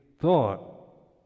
thought